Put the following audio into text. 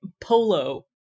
polo